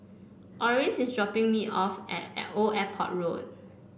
Orris is dropping me off at Old Airport Road